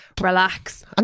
relax